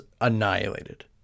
annihilated